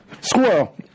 Squirrel